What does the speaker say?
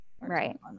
Right